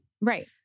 Right